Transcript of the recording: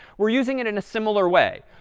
we're using it in a similar way.